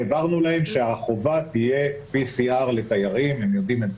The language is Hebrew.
העברנו להם שהחובה תהיה PCR לתיירים והם יודעים זאת.